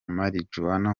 marijuana